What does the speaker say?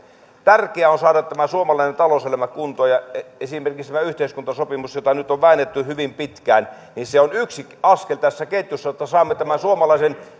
tärkeää on saada tämä suomalainen talouselämä kuntoon esimerkiksi tämä yhteiskuntasopimus jota nyt on väännetty hyvin pitkään on yksi askel tässä ketjussa jotta saamme tämän suomalaisen